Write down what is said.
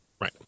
Right